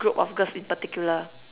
group of girls in particular